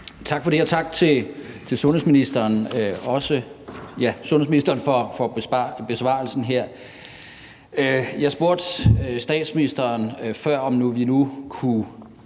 Tak for det, og tak til sundhedsministeren for besvarelsen her. Jeg spurgte statsministeren før, om vi nu kunne